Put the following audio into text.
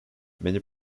many